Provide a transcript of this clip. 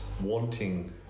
wanting